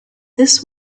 this